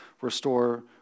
restore